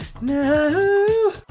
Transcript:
No